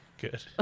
good